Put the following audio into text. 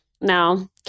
No